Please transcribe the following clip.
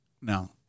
No